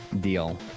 deal